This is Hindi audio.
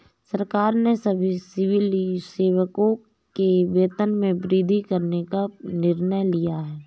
सरकार ने सभी सिविल सेवकों के वेतन में वृद्धि करने का निर्णय लिया है